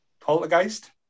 Poltergeist